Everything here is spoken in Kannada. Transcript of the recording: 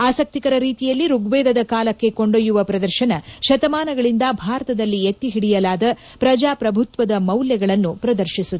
ಆಸಕ್ತಿಕರ ರೀತಿಯಲ್ಲಿ ಋಗ್ವೇದದ ಕಾಲಕ್ಕೆ ಕೊಂಡೊಯ್ಯುವ ಪ್ರದರ್ಶನ ಶತಮಾನಗಳಿಂದ ಭಾರತದಲ್ಲಿ ಎತ್ತಿಹಿಡಿಯಲಾದ ಪ್ರಜಾಪ್ರಭುತ್ವದ ಮೌಲ್ಯಗಳನ್ನು ಪ್ರದರ್ಶೀಸುತ್ತಿದೆ